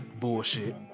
Bullshit